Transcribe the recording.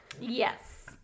Yes